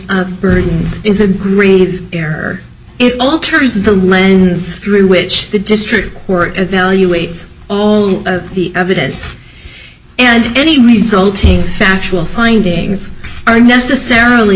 of burdens is agreed or it alters the lens through which the district or evaluates all the evidence and any resulting factual findings are necessarily